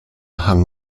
hung